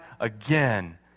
again